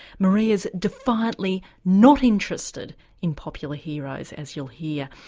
maria's defiantly not interested in popular heroes, as you'll hear.